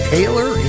Taylor